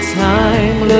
time